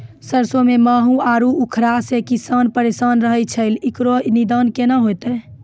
सरसों मे माहू आरु उखरा से किसान परेशान रहैय छैय, इकरो निदान केना होते?